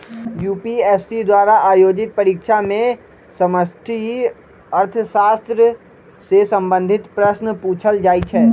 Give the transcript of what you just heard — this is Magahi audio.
यू.पी.एस.सी द्वारा आयोजित परीक्षा में समष्टि अर्थशास्त्र से संबंधित प्रश्न पूछल जाइ छै